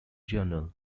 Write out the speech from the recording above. journal